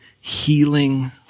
healing